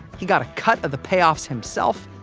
he got a cut of the payoffs himself,